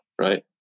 right